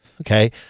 Okay